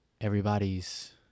everybody's